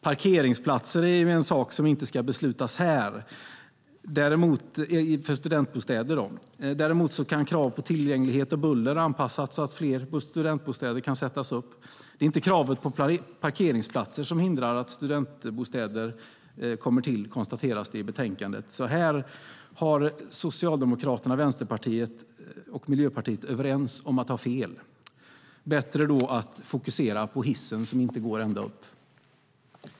Parkeringsplatser för studentbostäder är sådant som inte ska beslutas här. Däremot kan krav på tillgänglighet och buller anpassas så att fler studentbostäder kan sättas upp. Det är inte kravet på parkeringsplatser som hindrar att studentbostäder kommer till, konstateras det i betänkandet. Här är Socialdemokraterna, Vänsterpartiet och Miljöpartiet överens om att ha fel. Då är det bättre att fokusera på hissen som inte går ända upp.